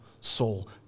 soul